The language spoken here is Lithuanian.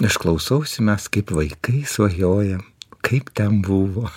aš klausausi mes kaip vaikai svajojam kaip ten buvo